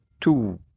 two